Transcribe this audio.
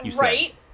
Right